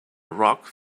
rock